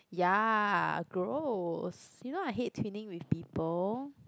ya gross you know I hate twinning with people